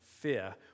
fear